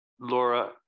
Laura